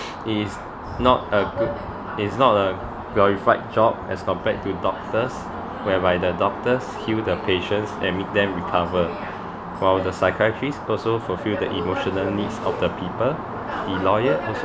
it is not a good is not a glorified job as compared to doctors whereby the doctors heal the patients and make them recover while the psychiatrist also fulfill the emotional needs of the people the lawyer also